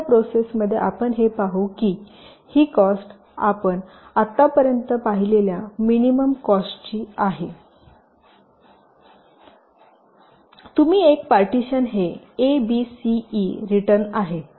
आता या प्रोसेस मध्ये आपण हे पाहू की ही कॉस्ट आपण आत्तापर्यंत पाहिलेल्या मिनिमम कॉस्टची आहे तुम्ही एका पार्टीशन हे a b c e written आहे